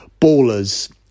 ballers